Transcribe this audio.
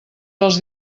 dels